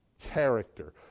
character